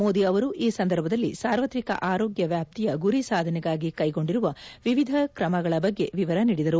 ಮೋದಿ ಅವರು ಈ ಸಂದರ್ಭದಲ್ಲಿ ಸಾರ್ವತ್ರಿಕ ಆರೋಗ್ಯ ವ್ಯಾಪ್ತಿಯ ಗುರಿ ಸಾಧನೆಗಾಗಿ ಕೈಗೊಂಡಿರುವ ವಿವಿಧ ಕ್ರಮಗಳ ಬಗ್ಗೆ ವಿವರ ನೀಡಿದರು